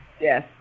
Yes